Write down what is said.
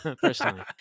Personally